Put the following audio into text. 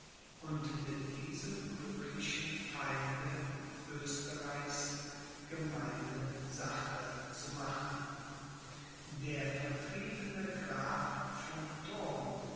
und mit diesem glücklichen feinde oesterreichs gemeine sache zu machen der vertriebene graf von thurn